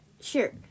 Sure